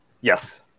yes